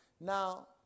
Now